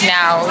now